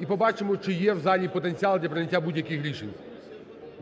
І побачимо, чи є в залі потенціал для прийняття будь-яких рішень.